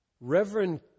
Reverend